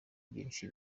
byinshi